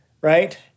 right